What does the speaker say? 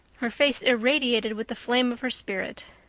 her face irradiated with the flame of her spirit.